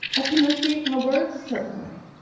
i but enunciate my words a certain way.